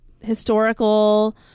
historical